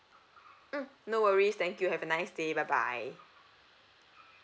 mm no worries thank you have a nice day bye bye